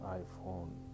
iPhone